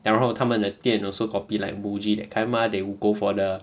然后他们的店 also copy like muji that kind mah they would go for the